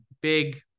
big